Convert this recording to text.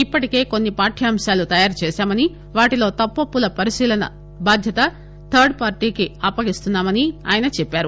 ఇప్పటికే కొన్సి పాఠ్యాంశాలు తయారు చేశామని వాటిలో తప్పొప్పుల పరిశీలిన బాధ్యత థర్ట్ పార్టీకి అప్పగిస్తున్నా మని ఆయన చెప్పారు